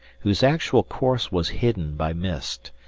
whose actual course was hidden by mist,